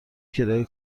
کرایه